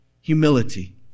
Humility